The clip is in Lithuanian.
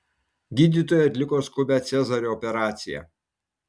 gydytojai atliko skubią cezario operaciją